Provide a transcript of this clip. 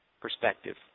perspective